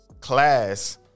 class